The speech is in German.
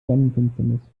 sonnenfinsternis